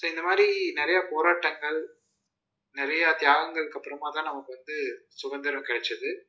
so இந்தமாதிரி நிறையா போராட்டங்கள் நிறையா தியாகங்களுக்கு அப்புறமாத்தான் நமக்கு வந்து சுதந்திரம் கெடைச்சது